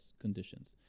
conditions